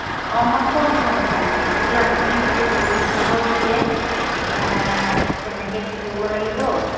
অঁ মই থ'ম থ'ম থ'ম খালি আপুনি সেই দৌল উৎসৱৰ বিষয়ে কেনেকৈ কি কৰিব লাগিব